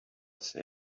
said